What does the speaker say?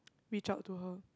reach out to her